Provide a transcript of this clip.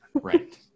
Right